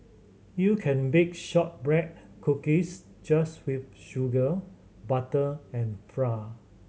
you can bake shortbread cookies just with sugar butter and flour